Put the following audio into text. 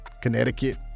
Connecticut